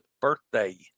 birthday